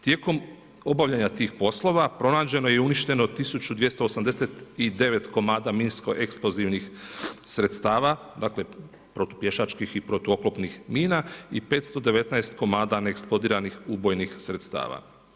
Tijekom obavljanja tih poslova, pronađeno je i uništeno 1289 komada minsko eksplozivnih sredstava, dakle, protupješačkih i protuoklopnih mina i 519 kom neeksplodiranih ubojnih sredstava.